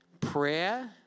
Prayer